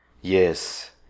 yes